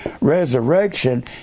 resurrection